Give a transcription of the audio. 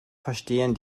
verstehen